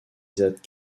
that